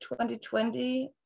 2020